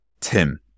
Tim